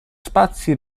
spazi